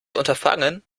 unterfangen